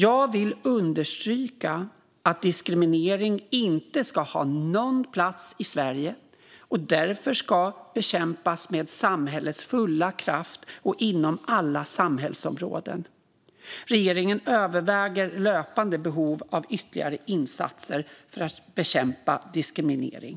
Jag vill understryka att diskriminering inte ska ha någon plats i Sverige och därför ska bekämpas med samhällets fulla kraft och inom alla samhällsområden. Regeringen överväger löpande behov av ytterligare insatser för att bekämpa diskriminering.